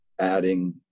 adding